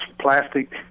plastic